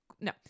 no